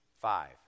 Five